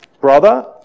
brother